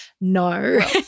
no